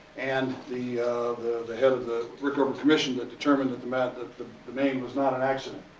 and the the head of the rickover commission that determined that the man, that the the maine was not an accident.